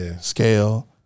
scale